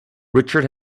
richard